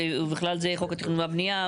"ובכלל זה חוק התכנון והבנייה",